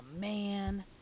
man